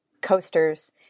coasters